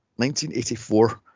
1984